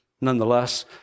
nonetheless